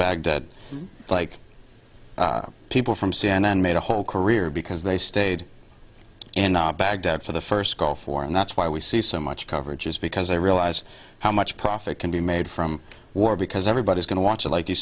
baghdad like people from c n n made a whole career because they stayed in baghdad for the first gulf war and that's why we see so much coverage is because they realize how much profit can be made from war because everybody's going to watch it like you